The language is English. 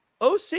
OC